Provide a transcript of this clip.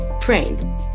Train